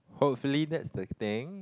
hopefully that's the thing